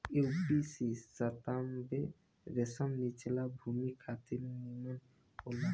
UPC सत्तानबे रेशमा निचला भूमि खातिर निमन होला